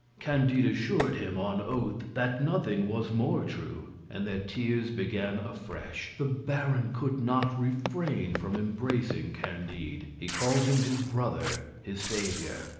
candide assured him on oath that nothing was more true, and their tears began afresh. the baron could not refrain from embracing candide he called him his brother, his saviour.